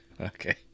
Okay